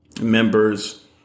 members